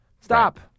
stop